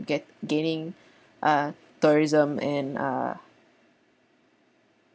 get gaining uh tourism and ah